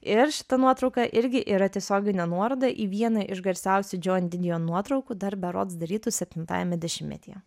ir šita nuotrauka irgi yra tiesioginė nuoroda į vieną iš garsiausių džoan didion nuotraukų dar berods darytų septintajame dešimtmetyje